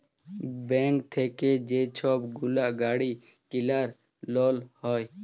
bank থ্যাইকে যে ছব গুলা গাড়ি কিলার লল হ্যয়